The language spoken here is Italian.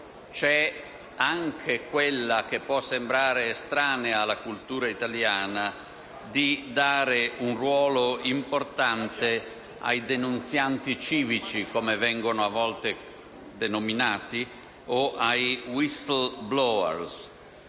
c'è anche quella, che può sembrare estranea alla cultura italiana, di dare un ruolo importante ai denunzianti civici, come vengono a volte denominati, o ai *whistleblower*.